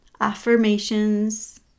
affirmations